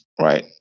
Right